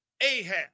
Ahab